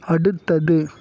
அடுத்தது